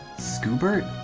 scoobert